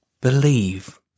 believe